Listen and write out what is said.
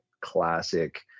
classic